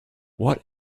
what